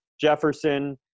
Jefferson